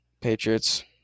Patriots